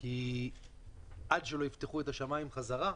כי עד שלא יפתחו את השמים חזרה,